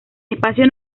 espacio